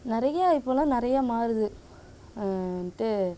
நிறைய இப்போலாம் நிறைய மாறுது வந்துட்டு